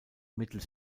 mittels